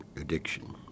addiction